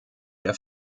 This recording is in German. der